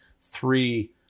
three